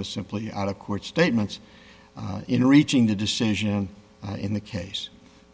was simply out of court statements in reaching the decision in the case